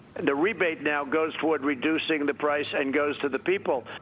and the rebate now goes toward reducing the price and goes to the people.